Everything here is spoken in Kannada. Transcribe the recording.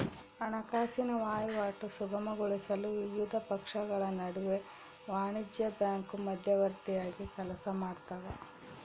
ಹಣಕಾಸಿನ ವಹಿವಾಟು ಸುಗಮಗೊಳಿಸಲು ವಿವಿಧ ಪಕ್ಷಗಳ ನಡುವೆ ವಾಣಿಜ್ಯ ಬ್ಯಾಂಕು ಮಧ್ಯವರ್ತಿಯಾಗಿ ಕೆಲಸಮಾಡ್ತವ